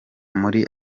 muri